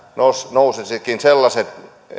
nousisivatkin sellaiset